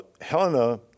Helena